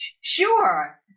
sure